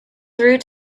through